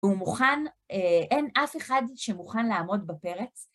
הוא מוכן, אין אף אחד שמוכן לעמוד בפרץ.